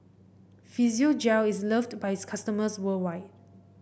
Physiogel is loved by its customers worldwide